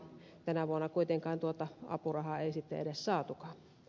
tänä vuonna kuitenkaan tuota apurahaa ei edes saatukaan